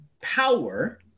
power